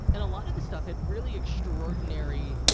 and a lot of the stuff had really extraordinary